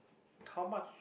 how much